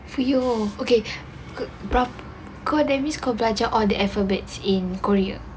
!fuyoh! okay proud kau ada risk kau belajar all the alphabets in korea